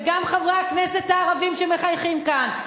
וגם חברי הכנסת הערבים שמחייכים כאן,